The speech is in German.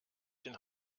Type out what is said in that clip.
den